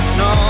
no